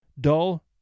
dull